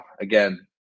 again